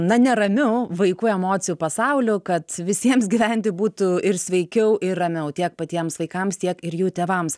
na neramiu vaikų emocijų pasauliu kad visiems gyventi būtų ir sveikiau ir ramiau tiek patiems vaikams tiek ir jų tėvams